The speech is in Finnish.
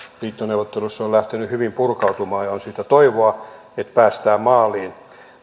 liittoneuvotteluissa on lähtenyt hyvin purkautumaan ja on toivoa siitä että päästään maaliin